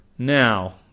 Now